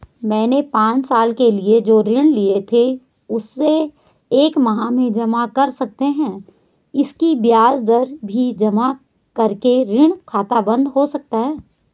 मैंने पांच साल के लिए जो ऋण लिए थे उसे एक माह में जमा कर सकते हैं इसकी ब्याज दर भी जमा करके ऋण खाता बन्द हो सकता है?